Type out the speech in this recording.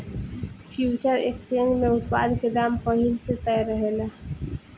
future exchange में उत्पाद के दाम पहिल से तय रहेला